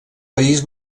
país